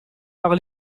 par